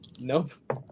Nope